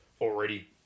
already